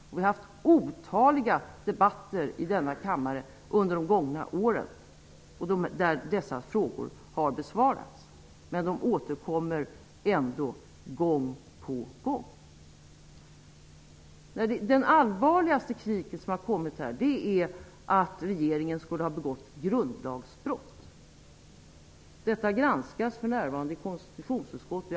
Det har förts otaliga debatter i denna kammare under de gångna åren då dessa frågor har besvarats. Men de återkommer ändå gång på gång. Den allvarligaste kritiken som här har förts fram är att regeringen skulle ha begått grundlagsbrott. Detta granskas för närvarande i konstitutionsutskottet.